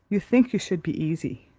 you think you should be easy.